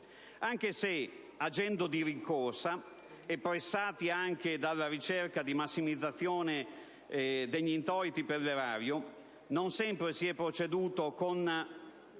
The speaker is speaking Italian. anche se, agendo di rincorsa e pressati dalla ricerca di massimizzazione degli introiti per l'erario, non sempre si è proceduto con